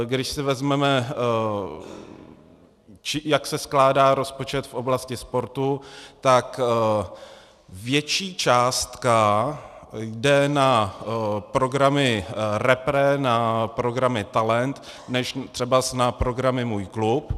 Když si vezmeme, jak se skládá rozpočet v oblasti sportu, tak větší částka jde na programy REPRE, na programy TALENT než třeba na programy MŮJ KLUB.